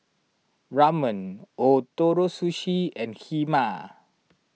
Ramen Ootoro Sushi and Kheema